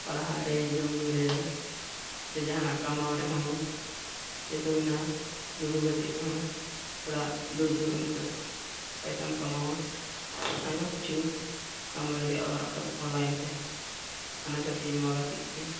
ᱯᱟᱲᱦᱟᱜ ᱨᱮ ᱡᱚᱢᱼᱧᱩ ᱨᱮ ᱥᱮ ᱡᱟᱦᱟᱱᱟᱜ ᱠᱟᱢᱟᱣ ᱨᱮᱦᱚᱸ ᱡᱮᱭᱥᱮ ᱦᱩᱭᱱᱟ ᱞᱩᱰᱩ ᱜᱟᱛᱮᱜ ᱨᱮᱦᱚᱸ ᱚᱲᱟᱜ ᱫᱩᱲᱩᱵ ᱫᱩᱲᱩᱵ ᱯᱚᱭᱥᱟᱢ ᱠᱟᱢᱟᱣᱟ ᱟᱭᱢᱟ ᱠᱤᱪᱷᱩᱢ ᱠᱟᱢᱟᱣ ᱫᱟᱲᱮᱭᱟᱜᱼᱟ ᱚᱲᱟᱜ ᱠᱷᱚᱡ ᱚᱱᱞᱟᱭᱤᱱ ᱛᱮ ᱦᱟᱱᱟ ᱜᱟᱛᱤ ᱱᱚᱣᱟ ᱜᱟᱛᱤᱜ ᱛᱮ